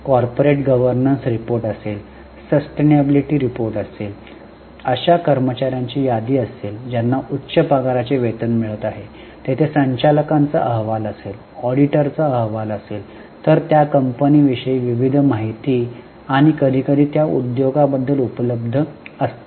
corporate governance report असेल sustainability report असेल अशा कर्मचार्यांची यादी असेल ज्यांना उच्च पगाराचे वेतन मिळत आहे तेथे संचालकांचा अहवाल असेल ऑडिटरचा अहवाल असेल तर त्या कंपनी विषयी विविध माहिती आणि कधीकधी त्या उद्योगाबद्दल उपलब्ध असते